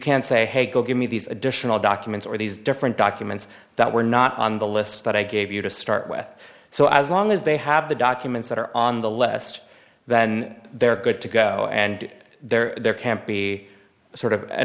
can't say hey go give me these additional documents or these different documents that were not on the list that i gave you to start with so as long as they have the documents that are on the lest then they're good to go and they're there can't be sort of a